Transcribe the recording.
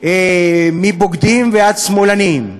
מבוגדים ועד שמאלנים,